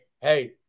hey